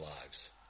lives